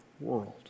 world